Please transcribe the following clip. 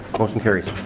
motion carries.